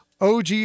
OG